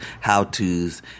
how-to's